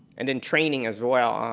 and then training as well. um